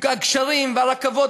הגשרים והרכבות,